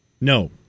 No